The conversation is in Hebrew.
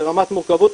זה רמת מורכבות,